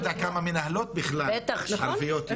אני לא יודע כמה מנהלות ערביות בכלל יש.